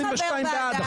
מי חבר ועדה?